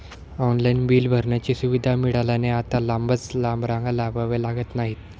online bill भरण्याची सुविधा मिळाल्याने आता लांबच लांब रांगा लावाव्या लागत नाहीत